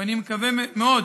ואני מקווה מאוד